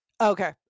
Okay